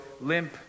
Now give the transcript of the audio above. limp